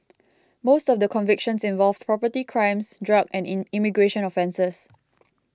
most of the convictions involved property crimes drug and in immigration offences